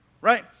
Right